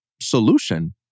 solution